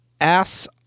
Ass